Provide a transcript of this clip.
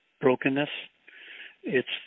Brokenness—it's